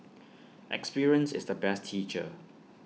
experience is the best teacher